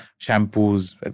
shampoos